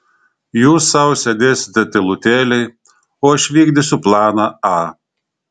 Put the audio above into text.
jūs sau sėdėsite tylutėliai o aš vykdysiu planą a